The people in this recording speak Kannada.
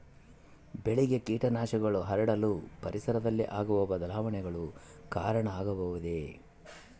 ಬೆಳೆಗೆ ಕೇಟನಾಶಕಗಳು ಹರಡಲು ಪರಿಸರದಲ್ಲಿ ಆಗುವ ಬದಲಾವಣೆಗಳು ಕಾರಣ ಆಗಬಹುದೇ?